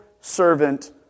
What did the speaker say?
servant